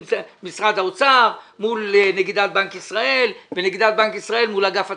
משרד האוצר מול נגידת בנק ישראל ונגידת בנק ישראל מול אגף התקציבים.